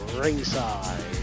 ringside